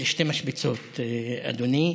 אלה שתי משבצות, אדוני,